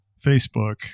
Facebook